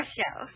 show